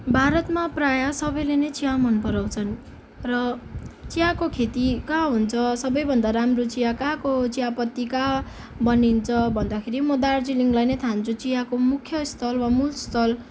भारतमा प्रायः सबैले नै चिया मन पराउँछन् र चियाको खेती कहाँ हुन्छ सबैभन्दा राम्रो चिया कहाँको चियापत्ती कहाँ बनिन्छ भन्दाखेरि म दार्जिलिङलाई नै ठान्छु चियाको मुख्य स्थल वा मूल स्थल